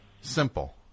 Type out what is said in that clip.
Simple